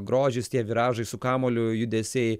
grožis tie viražai su kamuoliu judesiai